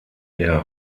der